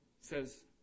says